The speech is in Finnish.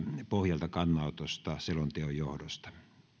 pohjalta kannanotosta selonteon johdosta